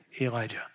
Elijah